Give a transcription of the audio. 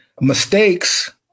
mistakes